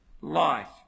life